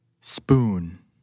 spoon